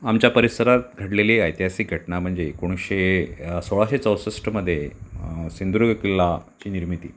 आमच्या परिसरात घडलेली ऐतिहासिक घटना म्हणजे एकोणीसशे सोळाशे चौसष्टमध्ये सिंधुदुर्ग किल्ल्याची निर्मिती